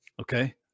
okay